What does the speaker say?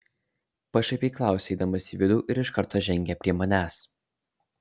pašaipiai klausia eidamas į vidų ir iš karto žengia prie manęs